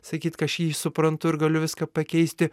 sakyt kad aš jį suprantu ir galiu viską pakeisti